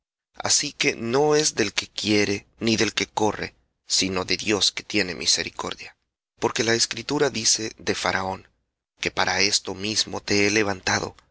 así que no es del que quiere ni del que corre sino de dios que tiene misericordia porque la escritura dice de faraón que para esto mismo te he levantado